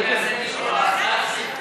ועדת הכספים.